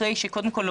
קודם כל,